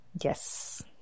Yes